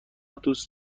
دوست